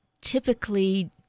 typically